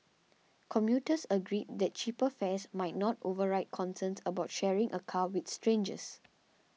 commuters agreed that cheaper fares might not override concerns about sharing a car with strangers